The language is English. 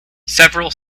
several